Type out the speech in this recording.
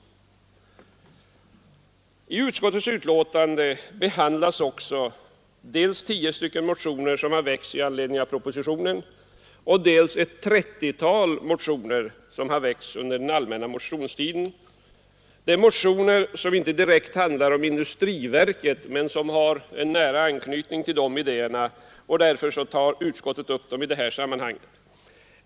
I utskottets betänkande behandlas också dels tio motioner som väckts med anledning av propositionen, dels ett trettiotal motioner som väckts under den allmänna motionstiden; det är motioner som inte direkt handlar om industriverket men som har nära anknytning till de idéerna, och därför tar utskottet upp dem i detta sammanhang.